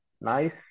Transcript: nice